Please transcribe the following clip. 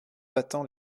battants